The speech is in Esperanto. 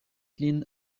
lin